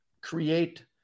create